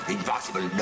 Impossible